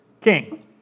king